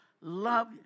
love